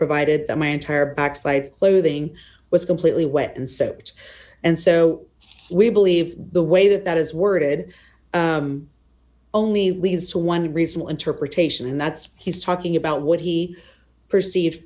provided that my entire backside clothing was completely wet and soaked and so we believe the way that that is worded only leads to one reasonable interpretation and that he's talking about what he perceived